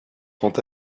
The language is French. sont